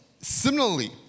Similarly